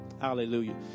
Hallelujah